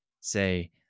say